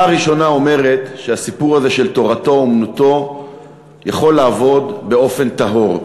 הראשונה אומרת שהסיפור הזה של תורתו-אומנותו יכול לעבוד באופן טהור.